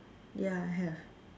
ya have